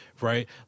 right